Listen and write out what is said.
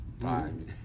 time